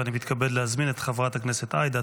ואני מתכבד להזמין את חברת הכנסת עאידה